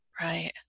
Right